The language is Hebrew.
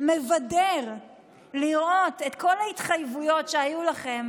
מבדר לראות את כל ההתחייבויות שהיו לכם,